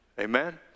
Amen